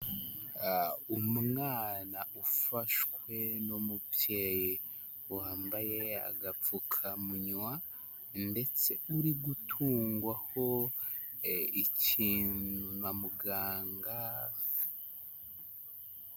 Umwana ufashwe n'umubyeyi wambaye agapfukamunwa, ndetse uri gutungwaho ikintu na muganga.